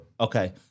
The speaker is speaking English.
okay